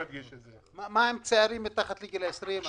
אדוני השר, מה עם צעירים מתחת לגיל 20?